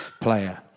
player